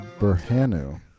Berhanu